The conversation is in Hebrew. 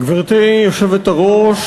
גברתי היושבת-ראש,